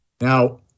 Now